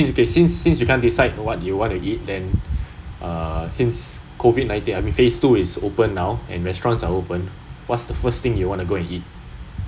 oh since since you can't decide what you want to eat then err since COVID nineteen I mean phase two is open now and restaurants are open what's the first thing you want to go to eat